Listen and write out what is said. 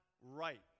right